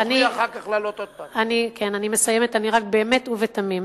אני מסיימת, אני באמת ובתמים,